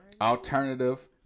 alternative